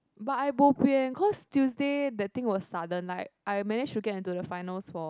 but I bo bian cause Tuesday that thing was sudden like I managed to get into the finals for